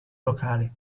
locali